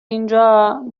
اینجا